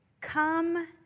come